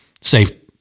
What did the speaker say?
safe